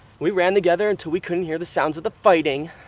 we ran together until we couldn't hear the sounds of the fighting.